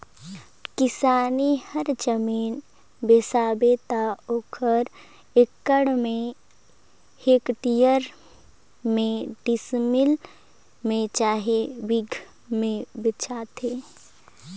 किसानी कर जमीन बेसाबे त ओहर एकड़ में, हेक्टेयर में, डिसमिल में चहे बीघा में बेंचाथे